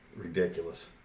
ridiculous